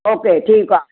okay ठीक आहे